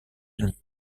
unis